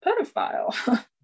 pedophile